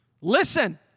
Listen